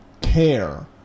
care